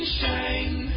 shine